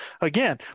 again